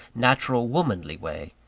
natural, womanly way.